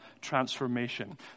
transformation